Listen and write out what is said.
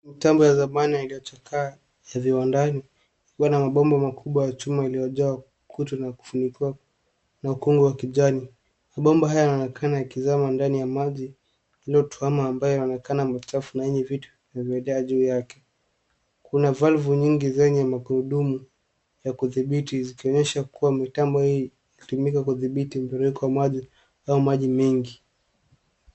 Mtambo ya zamani iliyochakaa ya viwandani, ikiwa na mabomba makubwa ya chuma iliyojaa kutu na kufunikiwa na ukungu wa kijani. Mabomba haya yanaonekana yakizama ndani ya maji, inayotuama ambayo inaonekana machafu na yenye vitu vinavyojaa juu yake. Kuna valvu nyingi zenye magurudumu ya kuthibiti zikionyesha kuwa mitambo hii hutumika kudhibiti mtiririko wa maji au maji mengi.